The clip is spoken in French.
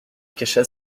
cacha